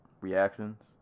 reactions